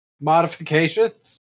modifications